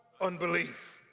Unbelief